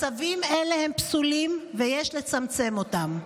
מצבים אלה הם פסולים ויש לצמצם אותם.